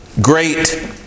great